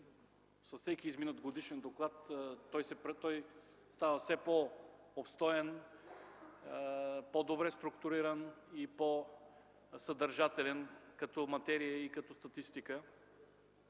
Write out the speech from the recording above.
с всеки изминал годишен доклад той става все по-обстоен, по-добре структуриран и по-съдържателен като материя и като статистика.